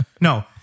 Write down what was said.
no